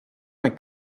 mijn